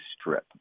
Strip